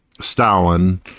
Stalin